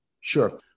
Sure